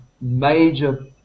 major